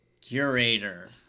curator